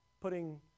putting